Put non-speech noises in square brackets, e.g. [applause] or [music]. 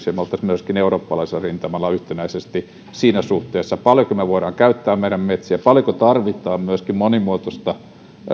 [unintelligible] ja me olisimme myös eurooppalaisella rintamalla yhtenäisesti siinä suhteessa paljonko me voimme käyttää meidän metsiämme paljonko tarvitaan myöskin